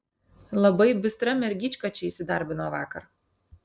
labai bistra mergyčka čia įsidarbino vakar